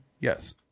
Yes